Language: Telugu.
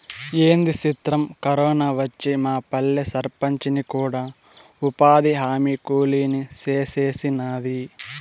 ఏంది సిత్రం, కరోనా వచ్చి మాపల్లె సర్పంచిని కూడా ఉపాధిహామీ కూలీని సేసినాది